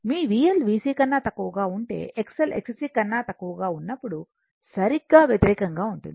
మీ VL VC కన్నా తక్కువగా ఉంటే XL Xc కన్నా తక్కువగా ఉన్నప్పుడు సరిగ్గా వ్యతిరేకంగా ఉంటుంది